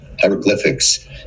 hieroglyphics